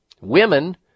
women